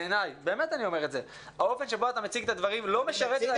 בעיניי האופן שבו אתה מציג את הדברים לא משרתת את